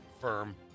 firm